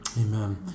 Amen